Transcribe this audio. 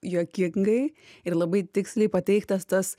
juokingai ir labai tiksliai pateiktas tas